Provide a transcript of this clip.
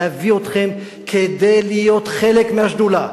להביא אתכם כדי להיות חלק מהשדולה,